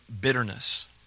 bitterness